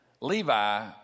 Levi